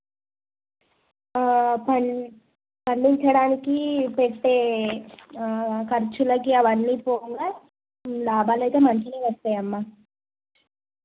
పం పండించడానికి పెట్టే ఖర్చులకి అవన్నీ పోగా లాభాలు అయితే మంచిగా వస్తాయి అమ్మ